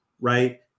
right